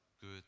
good